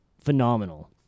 phenomenal